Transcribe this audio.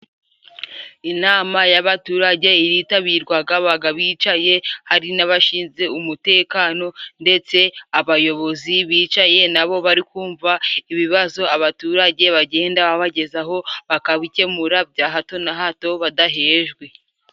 Inama y'abaturage iritabirwaga babaga bicaye hari n'abashinzwe umutekano , ndetse abayobozi bicaye na bo bari kumva ibibazo abaturage bagenda babagezaho bakabikemura bya hato na hato badahejwe.